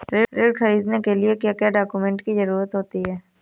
ऋण ख़रीदने के लिए क्या क्या डॉक्यूमेंट की ज़रुरत होती है?